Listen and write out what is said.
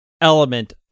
element